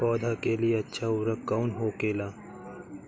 पौधा के लिए अच्छा उर्वरक कउन होखेला?